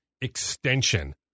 extension